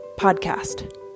podcast